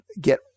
get